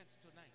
tonight